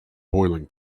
boiling